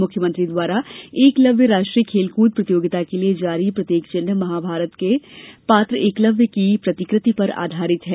मुख्यमंत्री द्वारा एकलव्य राष्ट्रीय खेलकृद प्रतियोगिता के लिए जारी प्रतीक चिह्न महाभारत के पात्र एकलव्य की प्रतिकृति पर आधारित है